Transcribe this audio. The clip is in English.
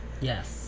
Yes